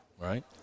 right